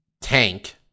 Tank